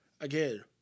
again